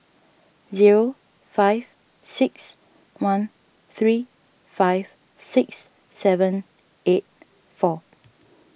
zero five six one three five six seven eight four